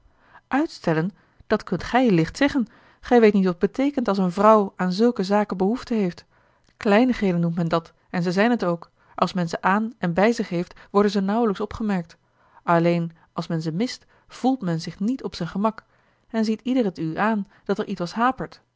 uitstellen dat kunt gij licht zeggen gij weet niet wat het beteekent als een vrouw aan zulke zaken behoefte heeft kleinigheden noemt men dat en ze zijn het ook als men ze aan en bij zich heeft worden ze nauwelijks opgemerkt alleen als men ze mist voelt men zich niet op zijn gemak en ziet ieder het u aan dat er ietwes hapert